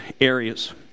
areas